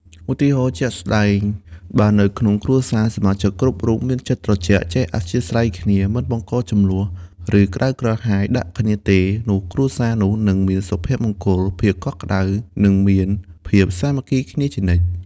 ឧទាហរណ៍ជាក់ស្ដែង បើនៅក្នុងគ្រួសារ សមាជិកគ្រប់រូបមានចិត្តត្រជាក់ ចេះអធ្យាស្រ័យគ្នា មិនបង្កជម្លោះ ឬក្ដៅក្រហាយដាក់គ្នាទេ នោះគ្រួសារនោះនឹងមានសុភមង្គល ភាពកក់ក្ដៅ និងមានភាពសាមគ្គីគ្នាជានិច្ច។